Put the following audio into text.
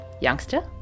Youngster